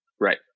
Right